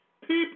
People